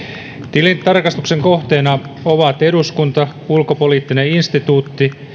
tilintarkastuksen kohteena ovat eduskunta ulkopoliittinen instituutti